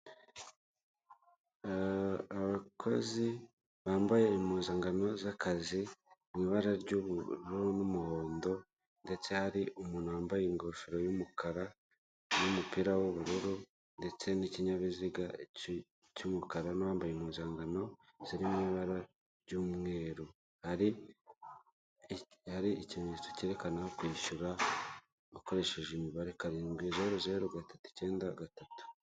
Abakozi bambaye impuzangano z'akazi mw'ibara ry'ubururu n'umuhondo, ndetse hari umuntu wambaye ingofero y'umukara n'umupira w'ubururu, ndeste n'ikinyabiziga cy'umukara, n'uwambaye impuzangano ziri mw'ibara ry'umweru. Hari ikimenyetso cyerekana kwishyura ukoresheje imibare, karindwi, zeru, zeru, gatatu, icyenda, gatatu.